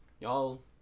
Y'all